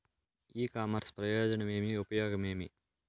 ఇ commerce ప్రయోజనం ఏమి? ఉపయోగం ఏమి?